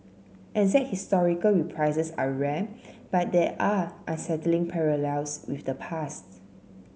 exact historical reprises are rare but there are unsettling parallels with the past